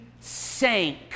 sank